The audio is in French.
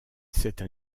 cette